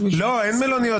לא, איזה מלוניות?